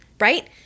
right